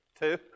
Two